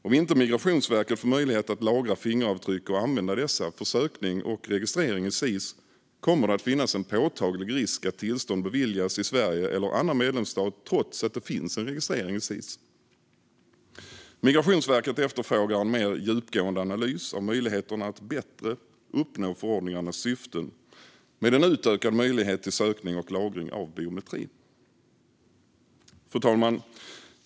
Om Migrationsverket inte får möjlighet att lagra fingeravtryck och använda dessa för sökning och registrering i SIS kommer det att finnas en påtaglig risk att tillstånd beviljas i Sverige eller annan medlemsstat trots att det finns en registrering i SIS. Migrationsverket efterfrågar en mer djupgående analys av möjligheterna att bättre uppnå förordningarnas syften med en utökad möjlighet till sökning och lagring av biometri. Ändrade bestämmelser om fotografier och fingeravtryck i SIS II-regelverket Fru talman!